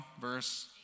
verse